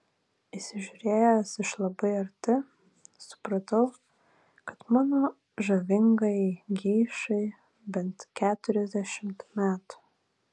įsižiūrėjęs iš labai arti supratau kad mano žavingajai geišai bent keturiasdešimt metų